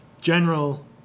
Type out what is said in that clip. general